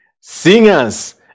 singers